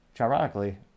ironically